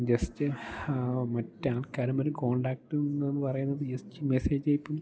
just മറ്റ് ആൾക്കാർ തമ്മിൽ ഒരു കോൺടാക്ട് എന്നൊന്ന് പറയുന്നത് ജസ്റ്റ് മെസ്സേജ് അയപ്പും